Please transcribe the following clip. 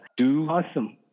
Awesome